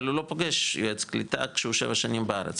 אבל הוא לא פוגש יועץ קליטה כשהוא שבע שנים בארץ,